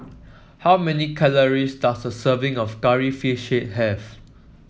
how many calories does a serving of Curry Fish Head have